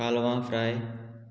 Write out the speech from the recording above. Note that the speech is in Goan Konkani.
कालवां फ्राय